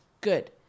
good